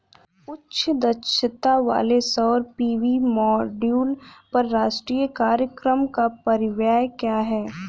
उच्च दक्षता वाले सौर पी.वी मॉड्यूल पर राष्ट्रीय कार्यक्रम का परिव्यय क्या है?